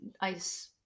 ice